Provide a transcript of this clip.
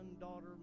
daughter